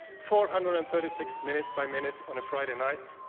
four hundred and thirty-six minute by minute on a friday night,